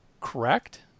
correct